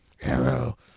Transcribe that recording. arrow